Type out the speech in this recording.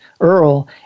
Earl